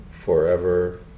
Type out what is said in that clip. forever